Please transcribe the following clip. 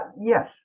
Yes